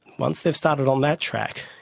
once they've started on that track,